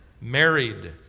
married